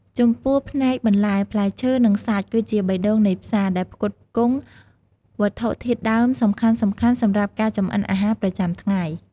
ចំពោះផ្នែកបន្លែ ផ្លែឈើ និងសាច់ គឺជាបេះដូងនៃផ្សារ ដែលផ្គត់ផ្គង់វត្ថុធាតុដើមសំខាន់ៗសម្រាប់ការចម្អិនអាហារប្រចាំថ្ងៃ។